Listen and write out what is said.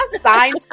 sign